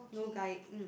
no guy mm